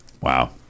Wow